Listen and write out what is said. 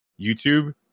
YouTube